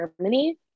germany